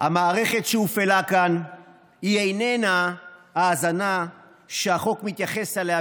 המערכת שהופעלה כאן איננה האזנה שהחוק מתייחס אליה